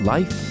Life